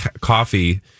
coffee